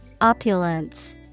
Opulence